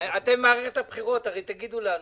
אתם הרי במערכת הבחירות תגידו לנו.